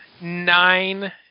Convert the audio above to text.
Nine